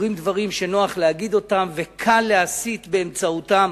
אומרים דברים שנוח להגיד אותם וקל להסית באמצעותם